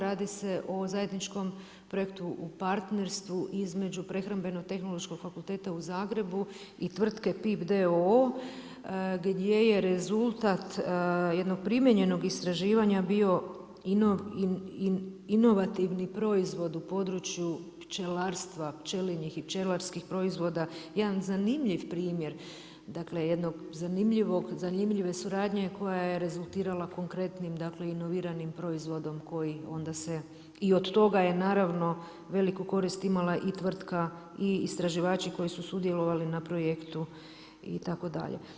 Radi se o zajedničkom projektu u partnerstvu između Prehrambeno-tehnološkog fakulteta u Zagrebu i tvrtke PIP d.o.o. gdje je rezultat jednog primijenjenog istraživanja bio inovativni proizvod u području pčelarstva, pčelinjih i pčelarskih proizvoda, jedan zanimljiv primjer, dakle jedne zanimljive suradnje koja je rezultirala konkretnim, dakle inoviranim proizvodom koji onda se i od toga je naravno veliku korist imala i tvrtka i istraživači koji su sudjelovali na projektu itd.